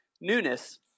newness